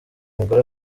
umugore